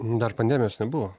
dar pandemijos nebuvo